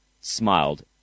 smiled